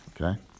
okay